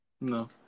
no